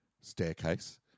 staircase